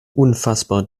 unfassbar